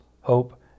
hope